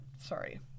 sorry